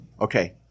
okay